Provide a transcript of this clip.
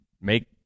make